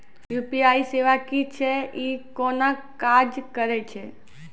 UPI सेवा की छियै? ई कूना काज करै छै?